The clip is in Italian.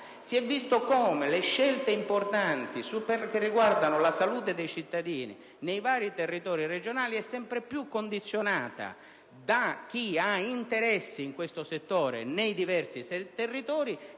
e come le scelte importanti riguardanti la salute dei cittadini nei vari territori regionali siano sempre più condizionate da chi ha interessi in questo settore nei diversi territori.